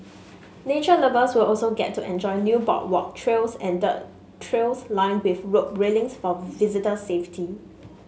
nature lovers will also get to enjoy new boardwalk trails and dirt trails lined with rope railings for visitor safety